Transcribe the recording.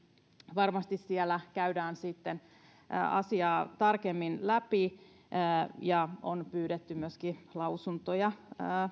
varmasti siellä käydään sitten asiaa tarkemmin läpi ja on pyydetty myöskin lausuntoja